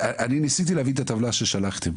ניסיתי להבין את הטבלה ששלחתם.